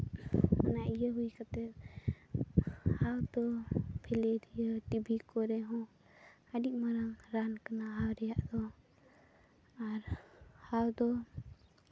ᱚᱱᱟ ᱤᱭᱟᱹ ᱦᱩᱭ ᱠᱟᱛᱮ ᱦᱟᱣ ᱫᱚ ᱯᱷᱮᱞᱮᱨᱤᱭᱟᱹ ᱴᱤᱵᱤ ᱠᱚᱨᱮ ᱦᱚᱸ ᱟᱹᱰᱤ ᱢᱟᱨᱟᱝ ᱨᱟᱱ ᱠᱟᱱᱟ ᱦᱟᱣ ᱨᱮᱭᱟᱜ ᱫᱚ ᱟᱨ ᱦᱟᱣ ᱫᱚ